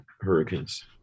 hurricanes